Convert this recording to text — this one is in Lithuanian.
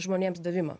žmonėms davimą